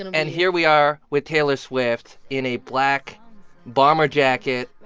and and here we are with taylor swift in a black bomber jacket,